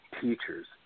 teachers